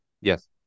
Yes